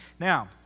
Now